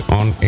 on